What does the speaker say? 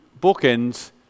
bookends